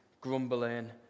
grumbling